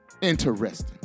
Interesting